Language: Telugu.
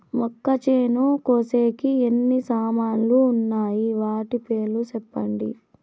మొక్కచేను కోసేకి ఎన్ని సామాన్లు వున్నాయి? వాటి పేర్లు సెప్పండి?